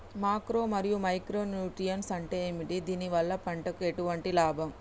Macro మరియు micro nutrients అంటే ఏమిటి? దీనివల్ల పంటకు ఎటువంటి లాభం?